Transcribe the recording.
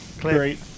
Great